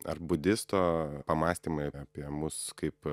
ar budisto pamąstymai apie mus kaip